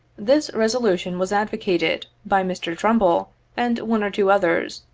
this resolution was advocated, by mr. trumbull and one or two others,